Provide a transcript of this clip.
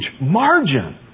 margin